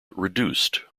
reduced